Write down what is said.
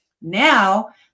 Now